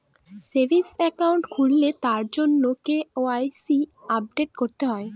savings account খুললে তার জন্য কে.ওয়াই.সি আপডেট করতে হয়